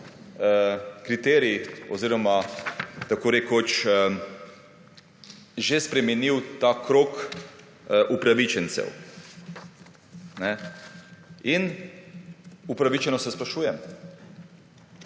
kriterij oziroma tako rekoč je že spremenil ta krog upravičencev. In upravičeno se sprašujem,